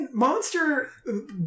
monster